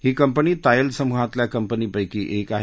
ही company Tayal समूहातल्या company पैकी एक आहे